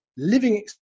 living